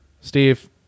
Steve